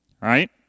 right